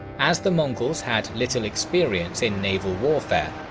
as the mongols had little experience in naval warfare,